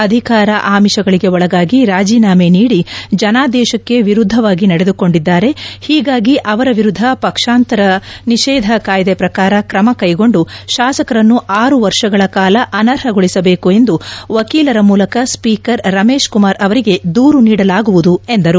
ಅಧಿಕಾರ ಆಮಿಷಗಳಿಗೆ ಒಳಗಾಗಿ ರಾಜಿನಾಮೆ ನೀಡಿ ಜನಾದೇಶಕ್ಕೆ ವಿರುದ್ದವಾಗಿ ನಡೆದುಕೊಂಡಿದ್ದಾರೆ ಹೀಗಾಗಿ ಅವರ ವಿರುದ್ದ ಪಕ್ಷಾಂತರ ನಿಷೇಧ ಕಾಯ್ದೆ ಪ್ರಕಾರ ಕ್ರಮ ಕೈಗೊಂಡು ಶಾಸಕರನ್ನು ಆರು ವರ್ಷಗಳ ಕಾಲ ಅನರ್ಹಗೊಳಿಸಬೇಕು ಎಂದು ವಕೀಲರ ಮೂಲಕ ಸ್ಪೀಕರ್ ರಮೇಶ್ ಕುಮಾರ್ ಅವರಿಗೆ ದೂರು ನೀಡಲಾಗುವುದು ಎಂದರು